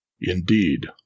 Indeed